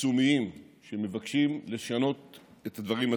יישומיים שמבקשים לשנות את הדברים עצמם.